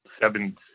seven